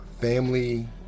family